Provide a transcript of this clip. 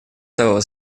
того